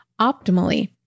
optimally